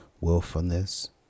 willfulness